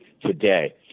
today